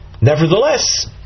nevertheless